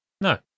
No